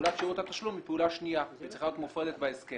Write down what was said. ופעולת שירות התשלום היא פעולה שנייה והיא צריכה להיות מופרדת בהסכם.